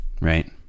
right